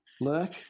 lurk